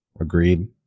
Agreed